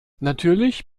natürlich